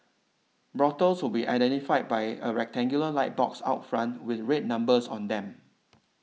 brothels would be identified by a rectangular light box out front with red numbers on them